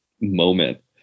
moment